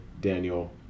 Daniel